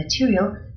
material